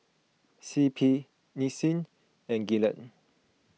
C P Nissin and Gillette